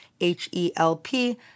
H-E-L-P